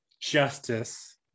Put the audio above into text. Justice